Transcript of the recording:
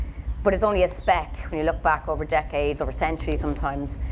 but it's only a speck, when you look back over decades, over centuries sometimes.